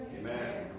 Amen